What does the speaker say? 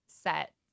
set